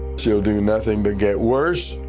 she'll do nothing but get worse.